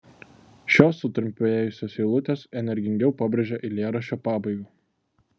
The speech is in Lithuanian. šios sutrumpėjusios eilutės energingiau pabrėžia eilėraščio pabaigą